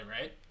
Right